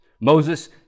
Moses